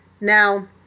Now